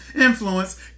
influence